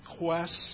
requests